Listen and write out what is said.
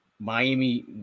Miami